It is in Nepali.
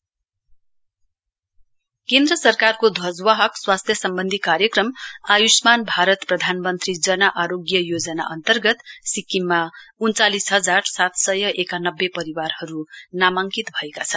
पीएम जएवाई सिक्किमकेन्द्र सरकारको ध्वजवाहक स्वास्थ्य सम्बन्धी कार्यक्रम आय्ष्मान भारत प्रधानमन्त्री जन आरोग्य योजना अन्तर्गत सिक्किममा उन्चालिस हजार सात सय एकानब्बे परिवारहरू नामाङ्कित भएका छन्